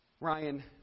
Ryan